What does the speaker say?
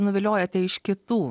nuviliojate iš kitų